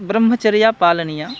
ब्रह्मचर्यं पालनीयं